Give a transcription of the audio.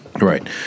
Right